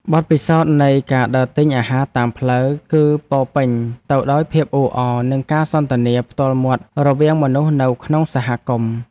បទពិសោធន៍នៃការដើរទិញអាហារតាមផ្លូវ គឺពោរពេញទៅដោយភាពអ៊ូអរនិងការសន្ទនាផ្ទាល់មាត់រវាងមនុស្សនៅក្នុងសហគមន៍។